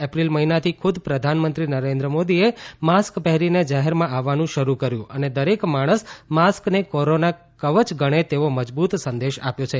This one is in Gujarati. એપ્રિલ મહિનાથી ખુદ પ્રધાનમંત્રી નરેન્ક મોદીએ માસ્ક પહેરીને જાહેરમાં આવવાનું શરૂ કર્યું અને દરેક માણસ માસ્કને કોરોના કવય ગણે તેવો મજબૂત સંદેશ આપ્યો છે